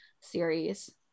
series